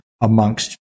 amongst